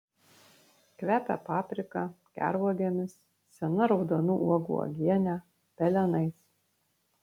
kvepia paprika gervuogėmis sena raudonų uogų uogiene pelenais